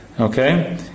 Okay